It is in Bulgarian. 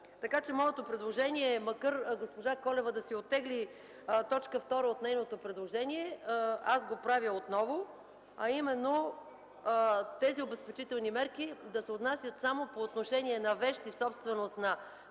лица. Моето предложение е, макар госпожа Колева да си оттегли т. 2 от нейното предложение, аз го правя отново, а именно тези обезпечителни мерки да се отнасят само по отношение на вещи – собственост на